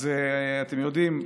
אתם יודעים,